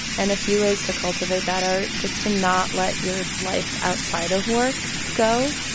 and a few ways to cultivate that are just to not let your life outside of work go.